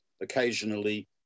occasionally